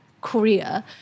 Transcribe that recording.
Korea